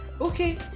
Okay